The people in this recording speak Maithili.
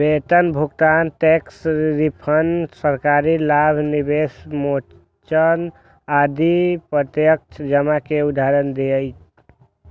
वेतन भुगतान, टैक्स रिफंड, सरकारी लाभ, निवेश मोचन आदि प्रत्यक्ष जमा के उदाहरण छियै